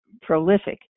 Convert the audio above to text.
prolific